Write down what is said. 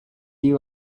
you